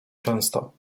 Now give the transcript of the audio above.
często